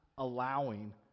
allowing